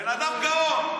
בן אדם גאון.